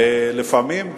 לפעמים,